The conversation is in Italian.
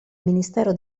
ministero